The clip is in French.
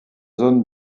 zones